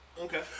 Okay